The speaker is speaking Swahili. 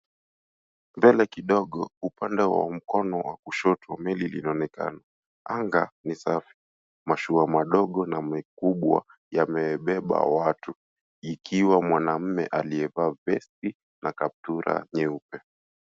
Mbele kidogo upande wa mkono wa kushoto meli linaonekana. Anga ni safi. Mashua madogo na makubwa yamebeba watu ikiwa mwanaume aliyevaa vesti na kaptura nyeupe.